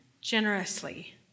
generously